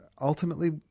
ultimately